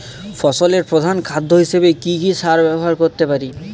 ফসলের প্রধান খাদ্য হিসেবে কি কি সার ব্যবহার করতে পারি?